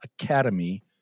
Academy